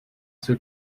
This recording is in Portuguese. seu